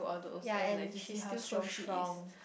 ya and she's still so strong